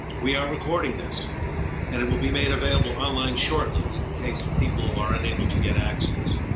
we are recording this and it will be made available online shortly in case people are unable to get access.